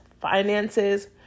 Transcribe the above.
finances